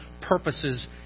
purposes